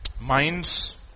minds